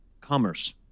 Commerce